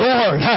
Lord